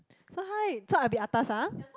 so hi so I be atas ah